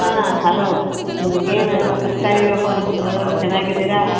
ಹಾಂ ಹಲೋ ಏನು ತರಕಾರಿ ವ್ಯಾಪಾರಸ್ತರು ಚೆನ್ನಾಗಿದೀರಾ